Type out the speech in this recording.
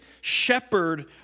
shepherd